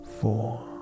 four